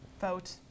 vote